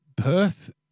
Perth